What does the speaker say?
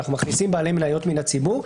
אנחנו מכניסים בעלי מניות מן הציבור.